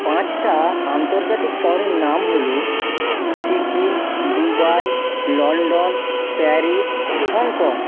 পাঁচটা আন্তর্জাতিক শহরের নাম হলো Sikkim Dubai London Paris Hong Kong